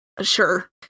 sure